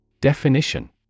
Definition